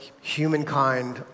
humankind